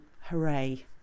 hooray